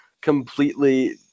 completely